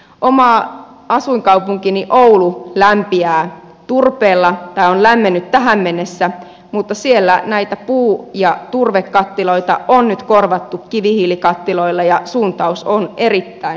oma asuinkaupunkini oulu lämpiää turpeella tai on lämmennyt tähän mennessä mutta siellä näitä puu ja turvekattiloita on nyt korvattu kivihiilikattiloilla ja suuntaus on erittäin huono